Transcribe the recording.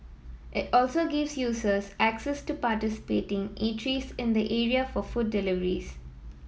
it also gives users access to participating eateries in the area for food deliveries